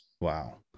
Wow